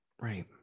right